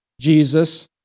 Jesus